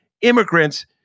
immigrants